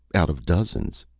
out of dozens.